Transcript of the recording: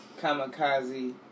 Kamikaze